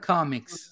Comics